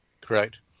Correct